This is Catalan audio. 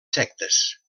sectes